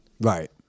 Right